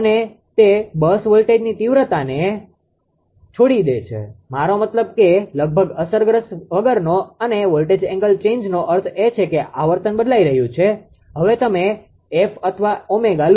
અને તે બસ વોલ્ટેજની તીવ્રતાને છોડી દે છે મારો મતલબ કે લગભગ અસરગ્રસ્ત વગરનો અને વોલ્ટેજ એંગલ ચેન્જનો અર્થ એ છે કે આવર્તન બદલાઇ રહ્યું છે હવે તમે f અથવા ω લો